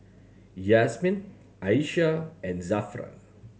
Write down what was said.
Yasmin Aisyah and Zafran